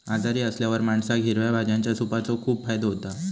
आजारी असल्यावर माणसाक हिरव्या भाज्यांच्या सूपाचो खूप फायदो होता